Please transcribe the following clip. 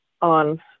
on